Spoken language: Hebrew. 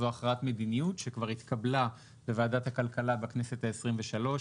זו הכרעת מדיניות שכבר התקבלה בוועדת הכלכלה בכנסת ה-23,